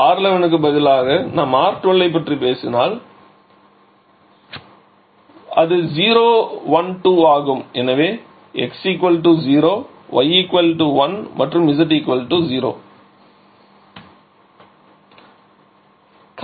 R11 க்கு பதிலாக நாம் R12 ஐப் பற்றி பேசினால் அது 012 ஆகும் எனவே x 0 y 1 மற்றும் z 2